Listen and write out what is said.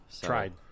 Tried